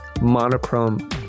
monochrome